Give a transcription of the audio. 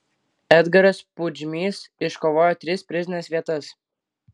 edgaras pudžmys iškovojo tris prizines vietas